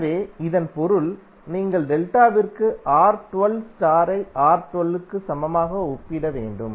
எனவே இதன் பொருள் நீங்கள் டெல்டாவிற்கு R12 ஸ்டார் ஐ R12க்கு சமமாக ஒப்பிட வேண்டும்